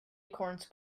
acorns